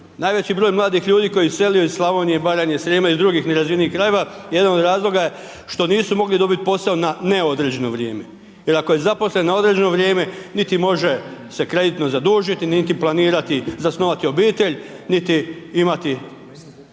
najveći broj mladih ljudi koji je iselio iz Slavonije, Baranje, Srijema, iz drugih nerazvijenih krajeva jedan od razloga je što nisu mogli dobiti posao na neodređeno vrijeme. Jer ako je zaposlen na određeno vrijeme niti može se kreditno zadužiti, niti planirati zasnovati obitelj, niti imati